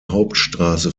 hauptstrasse